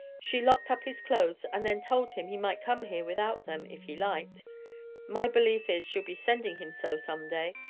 she locked up his clothes, and then told him he might come here without them, if he liked my belief is, she'll be sending him so, some day.